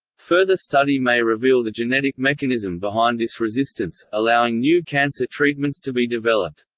further study may reveal the genetic mechanism behind this resistance, allowing new cancer treatments to be developed.